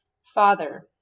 Father